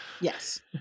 Yes